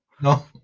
No